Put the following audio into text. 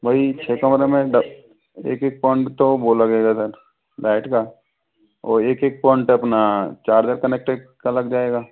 वो ही छः कमरे में एक एक पॉइंट तो वो लगेगा सर लाइट का और एक एक पॉइंट अपना चार्जर कनेक्टेड का लग जाएगा